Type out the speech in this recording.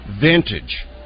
vintage